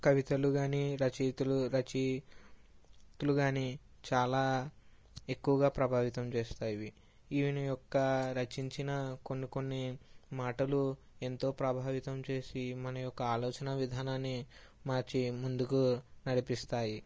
కవితలు కానీ రచయితలు రచయితలు కానీ చాలా ఎక్కువగా ప్రభావితం చేస్తాయి ఇవి ఈయన యొక్క రచించిన కొన్ని కొన్ని మాటలు ఎంతో ప్రభావితం చేసి మన యొక్క ఆలోచన విధానాన్ని మార్చి ముందుకు నడిపిస్తాయి